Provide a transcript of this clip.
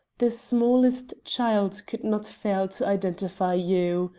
the smallest child could not fail to identify you.